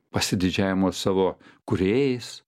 pasididžiavimo savo kūrėjais